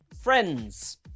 Friends